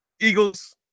Eagles